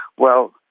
well,